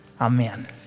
Amen